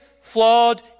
flawed